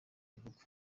bihugu